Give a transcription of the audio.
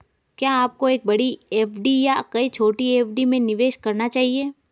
क्या आपको एक बड़ी एफ.डी या कई छोटी एफ.डी में निवेश करना चाहिए?